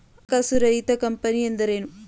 ಹಣಕಾಸು ರಹಿತ ಕಂಪನಿ ಎಂದರೇನು?